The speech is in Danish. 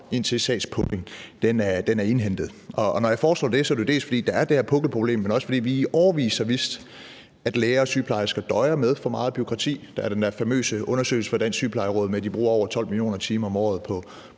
indtil sagspuklen er indhentet. Og når jeg foreslår det, er det jo dels, fordi der er det her pukkelproblem, dels fordi vi i årevis har vidst, at læger og sygeplejersker døjer med for meget bureaukrati. Der er den der famøse undersøgelse fra Dansk Sygeplejeråd, der viser, at de bruger over 12 mio. timer om året på